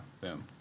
Boom